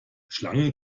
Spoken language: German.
schlangen